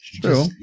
True